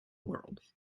world